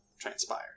transpired